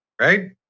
right